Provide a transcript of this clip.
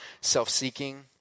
self-seeking